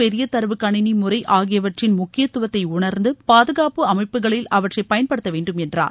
பெரிய தர்வு கணினி முறை ஆகியவற்றின் முக்கியத்துவத்தை உணா்ந்து பாதுகாப்பு அமைப்புகளில் அவற்றை பயன்படுத்தவேண்டும் என்றார்